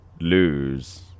lose